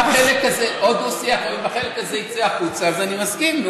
אם החלק הזה יצא החוצה, אז אני מסכים.